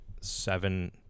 seven